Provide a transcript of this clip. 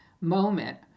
moment